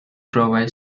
provide